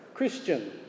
Christian